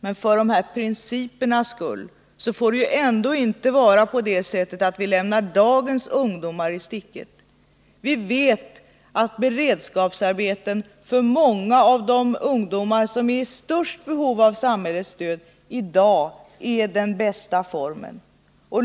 Men för de här principernas skull får vi ändå inte lämna dagens ungdomar i sticket. Vi vet att beredskapsarbeten för många av de ungdomar som är i störst behov av samhällets stöd i dag är den bästa formen.